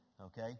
okay